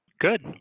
Good